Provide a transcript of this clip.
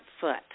foot